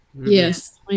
Yes